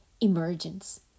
EMERGENCE